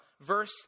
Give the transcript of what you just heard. Verse